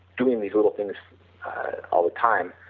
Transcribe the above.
doing these little things all the time,